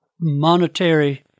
monetary